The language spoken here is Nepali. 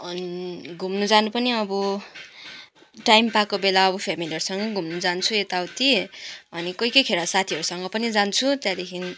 अनि घुम्नु जानु पनि अब टाइम पाएको बेला अब फ्यामिलीहरूसँगै घुम्नु जान्छु यताउति अनि कोही कोहीखेर साथीहरूसँग पनि जान्छु त्यहाँदेखि